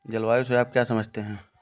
जलवायु से आप क्या समझते हैं?